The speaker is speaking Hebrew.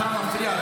אתה מפריע.